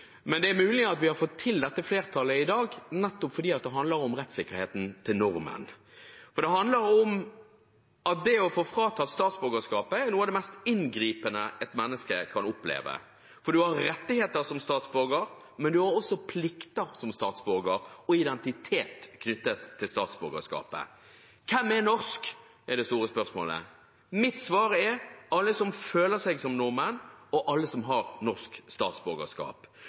men det er mulig at vi har fått til dette flertallet i dag nettopp fordi det handler om rettssikkerheten for nordmenn. Det handler om at det å få fratatt sitt statsborgerskap er noe av det mest inngripende et menneske kan oppleve, for man har rettigheter som statsborger, men man har også plikter som statsborger og identitet knyttet til statsborgerskapet. Hvem er norsk? Det er det store spørsmålet. Mitt svar er: Alle som føler seg som nordmenn, og alle som har norsk statsborgerskap.